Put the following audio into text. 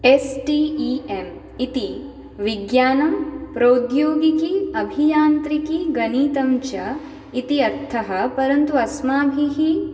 S T E M इति विज्ञानं प्रौद्योगिकि अभियान्त्रिकि गणितं च इति अर्थः परन्तु अस्माभिः